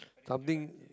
something